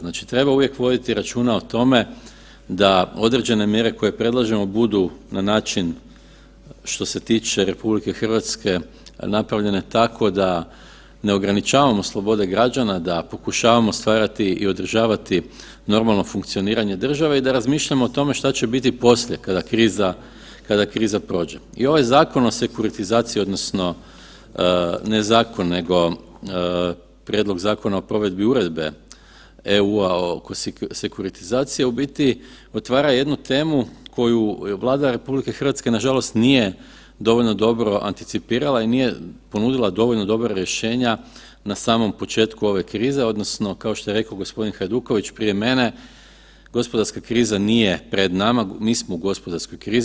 Znači treba uvijek voditi računa o tome da određene mjere koje predložimo budu na način što se tiče RH napravljene tako da ne ograničavamo slobode građana, da pokušavamo stvarati i održavati normalno funkcioniranje države i da razmišljamo o tome što će biti poslije, kada kriza prođe i ovaj zakon o sekuritizaciji, odnosno, ne zakon nego prijedlog zakona o provedbi uredbe EU-a o sekuritizaciji u biti otvara jednu temu koju Vlada RH nažalost nije dovoljno dobro anticipirala i nije ponudila dovoljno dobra rješenja na samom početku ove krize, odnosno, kao što je rekao g. Hajduković prije mene, gospodarska kriza nije pred nama, mi smo u gospodarskoj krizi.